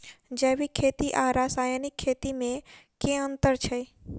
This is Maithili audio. जैविक खेती आ रासायनिक खेती मे केँ अंतर छै?